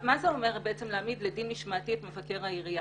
מה אומר להעמיד לדין משמעתי את מבקר העירייה.